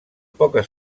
poques